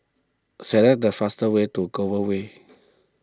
select the fastest way to Way